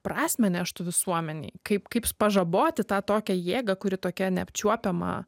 prasmę neštų visuomenei kaip kaip pažaboti tą tokią jėgą kuri tokia neapčiuopiama